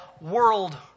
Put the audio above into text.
world